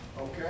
Okay